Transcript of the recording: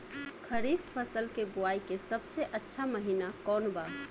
खरीफ फसल के बोआई के सबसे अच्छा महिना कौन बा?